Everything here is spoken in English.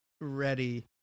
ready